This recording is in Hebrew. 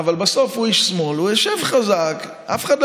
אשר על